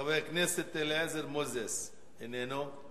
חבר הכנסת אליעזר מוזס, איננו.